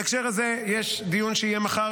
בהקשר הזה יש דיון שיהיה מחר,